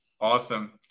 Awesome